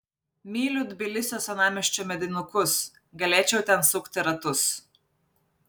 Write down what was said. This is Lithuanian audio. myliu tbilisio senamiesčio medinukus galėčiau ten sukti ratus